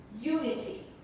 unity